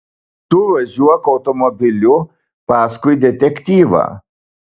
tu važiuok automobiliu paskui detektyvą